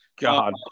God